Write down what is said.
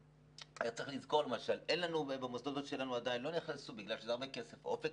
צריך לזכור שבמוסדות שלנו עוד לא נכנסה תוכנית "אופק